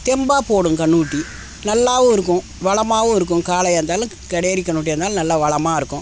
தெம்பாக போடும் கன்றுக்குட்டி நல்லாவும் இருக்கும் வளமாகவும் இருக்கும் காளையாக இருந்தாலும் கெடேரி கன்றுக்குட்டியா இருந்தாலும் நல்ல வளமாக இருக்கும்